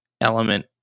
element